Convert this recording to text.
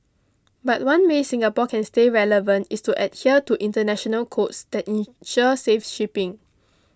but one way Singapore can stay relevant is to adhere to international codes that ensure safe shipping